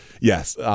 yes